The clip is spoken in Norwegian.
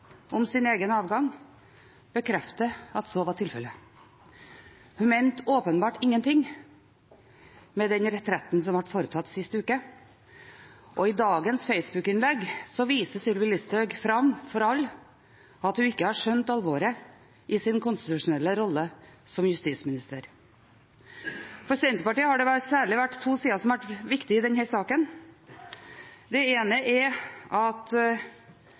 om sin egen avgang bekrefter at så var tilfellet. Hun mente åpenbart ingenting med den retretten som ble foretatt sist uke. I dagens Facebook-innlegg viser Sylvi Listhaug fram for alle at hun ikke har skjønt alvoret i sin konstitusjonelle rolle som justisminister. For Senterpartiet har det særlig vært to sider som har vært viktig i denne saken. Det ene er at